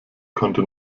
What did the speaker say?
konnte